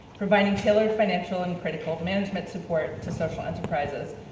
providing tailored financial and critical management support to social enterprises,